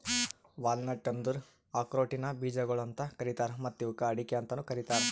walnut ಅಂದುರ್ ಆಕ್ರೋಟಿನ ಬೀಜಗೊಳ್ ಅಂತ್ ಕರೀತಾರ್ ಮತ್ತ ಇವುಕ್ ಅಡಿಕೆ ಅಂತನು ಕರಿತಾರ್